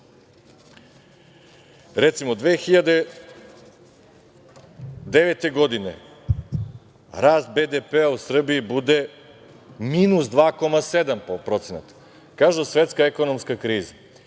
recimo 2009. godine, rast BDP-a u Srbiji bude minus 2,7%, kažu svetska ekonomska kriza.